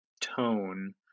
tone